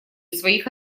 своих